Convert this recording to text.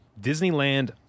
Disneyland